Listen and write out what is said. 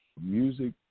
music